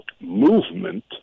movement